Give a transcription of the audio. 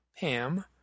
Pam